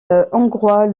hongrois